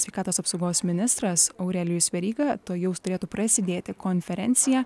sveikatos apsaugos ministras aurelijus veryga tuojaus turėtų prasidėti konferencija